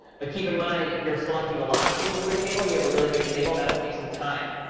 but keep in mind, if you're selecting a lot of things from a table and you have a really big table, that will take some time,